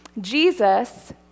Jesus